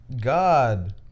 God